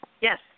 Yes